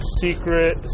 secret